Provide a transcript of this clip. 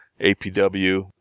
APW